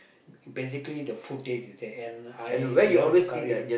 basically the food taste is there and I love curry